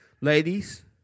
Ladies